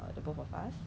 thing is like I don't know